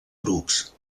grups